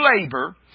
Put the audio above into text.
labor